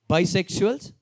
Bisexuals